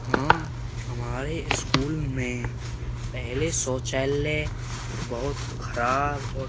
हाँ हमारे स्कूल में पहले शौचालय बहुत ख़राब और